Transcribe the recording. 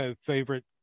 favorite